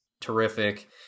terrific